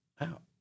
out